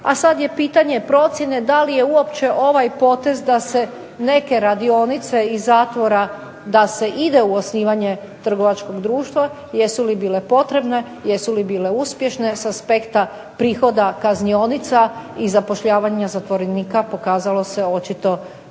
A sad je pitanje procjene da li je uopće ovaj potez da se neke radionice iz zatvora da se ide u osnivanje trgovačkog društva, jesu li bile potrebne, jesu li bile uspješne s aspekta prihoda kaznionica i zapošljavanja zatvorenika pokazalo se očito da